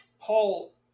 Paul